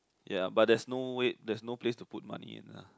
ya but there is no way there is no place to put money in lah